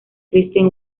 kristen